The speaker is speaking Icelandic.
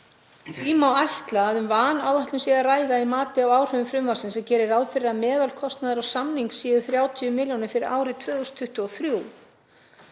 Því má ætla að um vanáætlun sé að ræða í mati á áhrifum frumvarpsins sem gerir ráð fyrir að meðaltalskostnaður á samning séu 30 milljónir fyrir árið 2023.